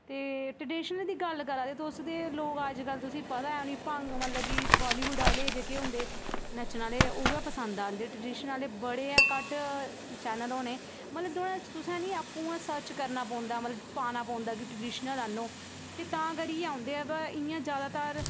ते ट्रडेशनल दी गल्ल करा दे तुस ते लोग अज्जकल तुसेंगी पता ऐ उनेंगी पंग मतलब कि बालीबुड आह्ले जेह्के होंदे नच्चने आह्ले उ'यै पसंद आंदे ट्रडिशनल आह्ले बड़े गै घट्ट चैनल होने मतलब तुहें तुसें न आपूं गै सर्च करना पौंदा मतलब पाना पौंदा कि ट्रडिशनल आह्नो ते तां करियै औंदे ऐ ते इ'यां ज्यादातर